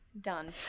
Done